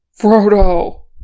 Frodo